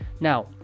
now